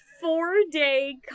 Four-day